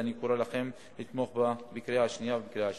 ואני קורא לכם לתמוך בה בקריאה השנייה ובקריאה השלישית.